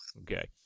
Okay